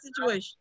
situation